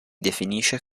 definisce